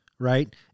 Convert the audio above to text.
Right